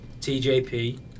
TJP